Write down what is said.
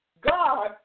God